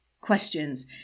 questions